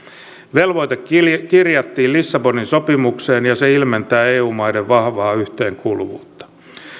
velvoite kirjattiin lissabonin sopimukseen ja se ilmentää eu maiden vahvaa yhteenkuuluvuutta